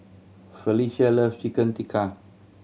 Felice loves Chicken Tikka